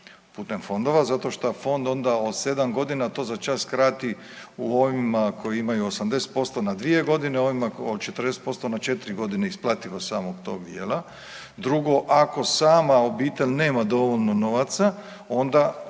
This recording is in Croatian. Putem fondova zato šta fond onda od 7 godina to začas skrati u ovima koji imaju 80% na 2 godine, ovima od 40% na 4 godine isplativo samog tog dijela. Drugo ako sama obitelj nema dovoljno novaca onda